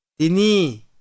Dini